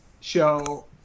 show